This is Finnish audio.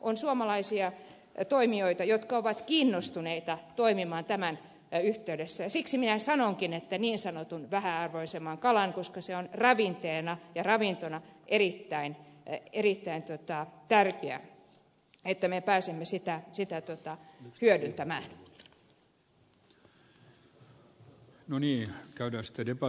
on suomalaisia toimijoita jotka ovat kiinnostuneita toimimaan tämän yhteydessä ja siksi minä sanonkin että niin sanotun vähäarvoisemman kalan koska on erittäin tärkeää että me pääsemme sitä hyödyntämään ravintona